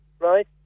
right